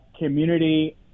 community